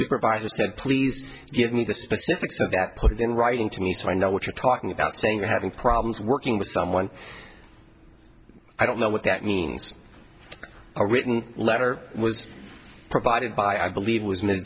supervisor said please give me the specifics so that put it in writing to me so i know what you're talking about saying having problems working with someone i don't know what that means a written letter was provided by i believe was m